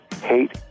hate